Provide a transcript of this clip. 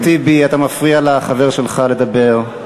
חבר הכנסת טיבי, אתה מפריע לחבר שלך לדבר.